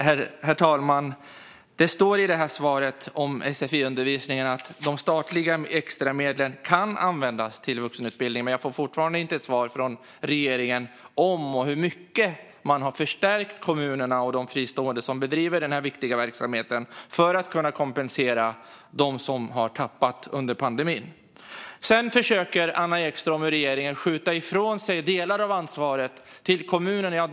Herr talman! Det står i svaret om sfi-undervisningen att de statliga extramedlen kan användas till vuxenutbildningen. Men jag får fortfarande inte något svar från regeringen på om och med hur mycket man har förstärkt kommunerna och de fristående aktörer som bedriver denna viktiga verksamhet för att kunna kompensera dem som har tappat under pandemin. Anna Ekström och regeringen försöker skjuta ifrån sig delar av ansvaret till kommunerna.